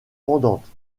pendantes